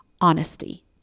Honesty